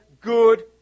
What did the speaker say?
good